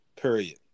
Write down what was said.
period